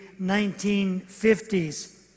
1950s